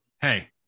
Hey